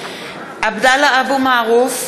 (קוראת בשמות חברי הכנסת) עבדאללה אבו מערוף,